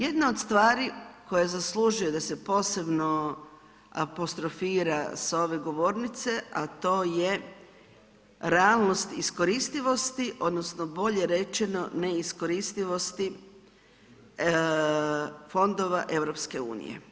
Jedna od stvari koje zaslužuje da se posebno apostrofira s ove govornice, a to je realnost iskoristivosti, odnosno bolje rečeno neiskoristivosti fondova EU.